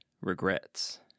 regrets